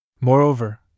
Moreover